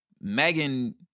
Megan